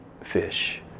fish